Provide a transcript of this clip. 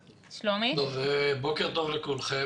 בוקר טוב לכולכם,